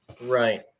Right